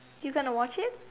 you gonna watch it